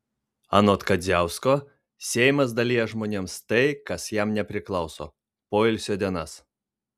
anot kadziausko seimas dalija žmonėms tai kas jam nepriklauso poilsio dienas